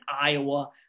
Iowa